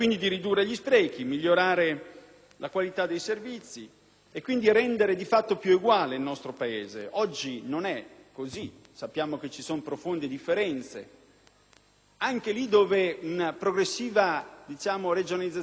la qualità dei servizi e, quindi, rendere di fatto più eguale il nostro Paese. Oggi non è così; sappiamo che ci sono profonde differenze anche laddove - penso alla sanità - una progressiva regionalizzazione dei servizi è stata approvata. Vi